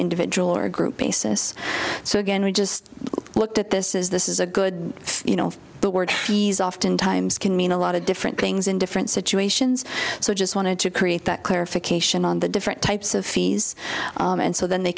individual or group basis so again we just looked at this is this is a good you know the word he's oftentimes can mean a lot of different things in different situations so i just wanted to create that clarification on the different types of fees and so then they